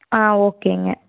ஆ ஓகேங்க